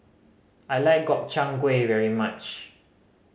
I like Gobchang Gui very much